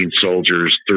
soldiers